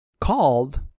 called